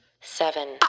Seven